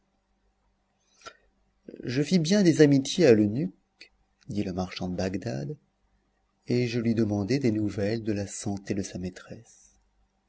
je fis bien des amitiés à l'eunuque dit le marchand de bagdad et je lui demandai des nouvelles de la santé de sa maîtresse